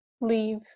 leave